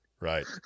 Right